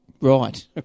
Right